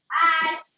Hi